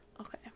Okay